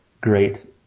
great